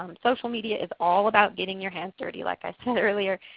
um social media is all about getting your hands dirty, like i said earlier.